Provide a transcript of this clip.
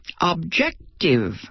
objective